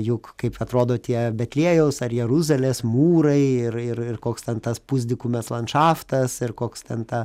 juk kaip atrodo tie betliejaus ar jeruzalės mūrai ir ir ir koks ten tas pusdykumės landšaftas ir koks ten ta